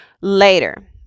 later